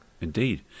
Indeed